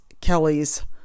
Kelly's